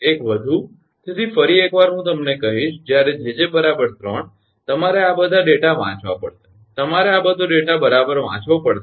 એક વધુ તેથી ફરી એક વાર હું તમને કહીશ જ્યારે 𝑗𝑗 3 તમારે આ બધા ડેટા વાંચવા પડશે તમારે આ બધો ડેટા બરાબર વાંચવો પડશે